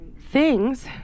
things